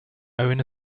owen